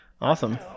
Awesome